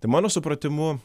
tai mano supratimu